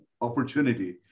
opportunity